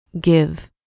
give